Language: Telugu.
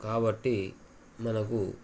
కాబట్టి మనకు